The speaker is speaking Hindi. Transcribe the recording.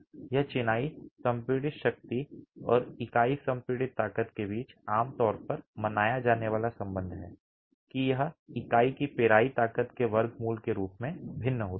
यह चिनाई संपीड़ित शक्ति और इकाई संपीड़ित ताकत के बीच आम तौर पर मनाया जाने वाला संबंध है कि यह इकाई की पेराई ताकत के वर्गमूल के रूप में भिन्न होता है